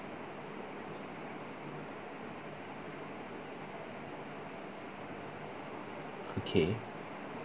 okay